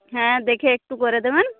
হ্যাঁ দেখে একটু করে দেবেন